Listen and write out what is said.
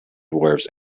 dwarves